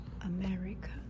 America